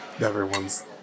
everyone's